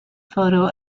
photo